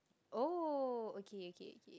oh okay okay okay